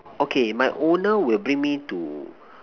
okay my owner will bring me to